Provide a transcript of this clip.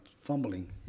fumbling